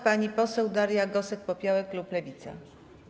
Pani poseł Daria Gosek-Popiołek, klub Lewica.